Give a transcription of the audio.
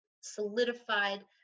solidified